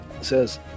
says